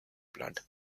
blood